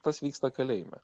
tas vyksta kalėjime